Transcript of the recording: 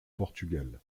portugal